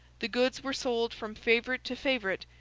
the goods were sold from favourite to favourite,